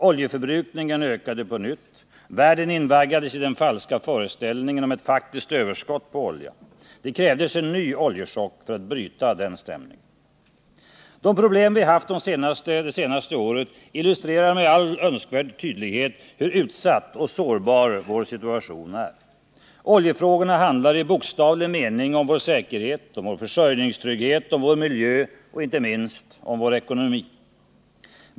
Oljeförbrukningen ökade på nytt, världen invaggades i den falska föreställningen om ett faktiskt överskott på olja. Det krävdes en ny oljechock för att bryta den stämningen. De problem som vi har haft det senaste året illustrerar med all önskvärd tydlighet hur utsatt och sårbar vår situation är. Oljefrågorna handlar i bokstavlig mening om vår säkerhet, försörjningstrygghet, miljö och inte minst ekonomi.